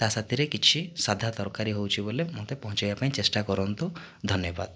ତା ସାଥିରେ କିଛି ସାଧା ତରକାରୀ ହେଉଛି ବୋଲି ମୋତେ ପହଞ୍ଚାଇବା ପାଇଁ ଚେଷ୍ଟା କରନ୍ତୁ ଧନ୍ୟବାଦ